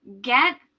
get